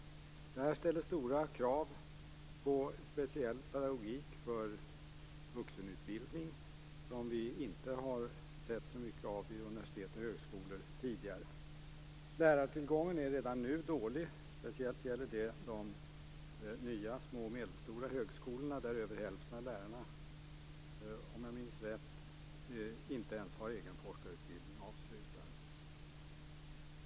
Det här ställer stora krav på en speciell pedagogik för vuxenutbildning som vi inte har sett så mycket av vid universitet och högskolor tidigare. Lärartillgången är redan nu dålig. Speciellt gäller det de nya små och medelstora högskolorna, där över hälften av lärarna, om jag minns rätt, inte ens har avslutat sin egen forskarutbildning.